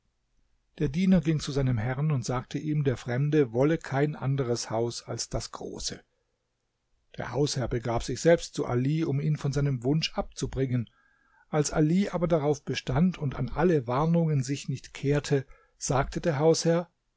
der diener ging zu seinem herrn und sagte ihm der fremde wolle kein anderes haus als das große der hausherr begab sich selbst zu ali um ihn von seinem wunsch abzubringen als ali aber darauf bestand und an alle warnungen sich nicht kehrte sagte der hausherr